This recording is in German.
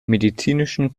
medizinischen